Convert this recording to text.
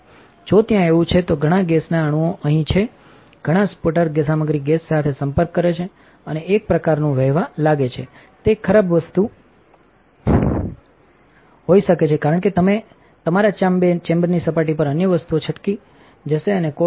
જો ત્યાં એવું છે તો ઘણા ગેસના અણુઓ અહીં છે કે ઘણાં સ્પુટર સામગ્રી ગેસ સાથે સંપર્ક કરે છે અને એક પ્રકારનું વહેવા લાગે છે તે એક ખરાબ વસ્તુ હોઈ શકે છે કારણ કે તે તમારા ચામ્બેની સપાટી પર અન્ય વસ્તુઓ છટકી જશે અને કોટ કરશે